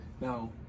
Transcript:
Now